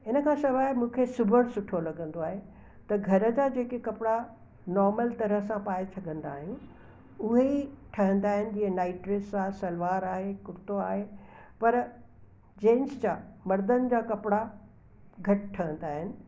हिन खां सवाइ मूंखे सिबण सुठो लॻंदो आहे त घर जा जे के कपिड़ा नॉर्मल तरह सां पाए सघंदा आहियूं उहे ठहंदा आहिनि जीअं नाइट ड्रेस आहे सलवार आहे कुर्तो आहे पर जेंट्स जा मर्दनि जा कपिड़ा घटि ठहंदा आहिनि